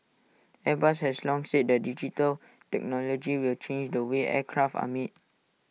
airbus has long said that digital technology will change the way aircraft are made